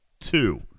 two